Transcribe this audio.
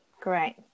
great